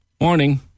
morning